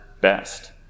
best